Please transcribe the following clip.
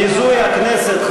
ביזוי הכנסת,